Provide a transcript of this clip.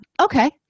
Okay